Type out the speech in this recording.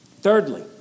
Thirdly